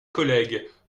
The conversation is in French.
collègues